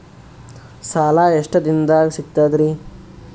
ಸಾಲಾ ಎಷ್ಟ ದಿಂನದಾಗ ಸಿಗ್ತದ್ರಿ?